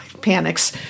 panics